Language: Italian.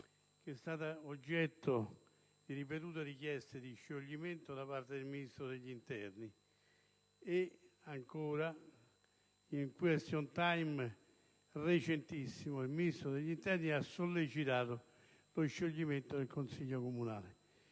che è stata oggetto di ripetute richieste di scioglimento da parte del Ministro dell'interno; ancora in un *question time* recentissimo, il Ministro dell'interno ha sollecitato lo scioglimento del Consiglio comunale.